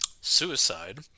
suicide